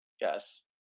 yes